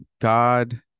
God